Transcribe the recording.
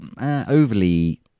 Overly